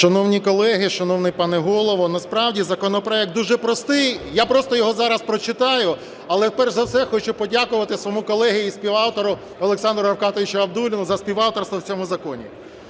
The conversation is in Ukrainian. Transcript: Шановні колеги, шановний пане Голово, насправді законопроект дуже простий. Я просто його зараз прочитаю. Але перш за все хочу подякувати своєму колезі і співавтору Олександру Рафкатовичу Абдулліну за співавторство в цьому законі.